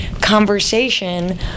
conversation